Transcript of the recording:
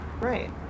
right